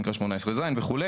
שנקרא 18 ז' וכו',